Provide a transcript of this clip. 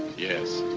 yes,